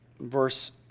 Verse